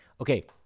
Okay